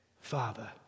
Father